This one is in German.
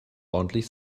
ordentlich